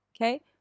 okay